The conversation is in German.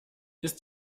ist